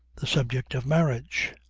the subject of marriage.